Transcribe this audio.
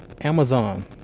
Amazon